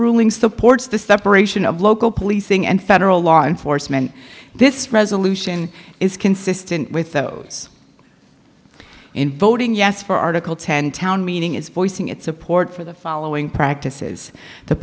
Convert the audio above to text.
rulings the ports the separation of local policing and federal law enforcement this resolution is consistent with those in voting yes for article ten town meeting is voicing its support for the following practices the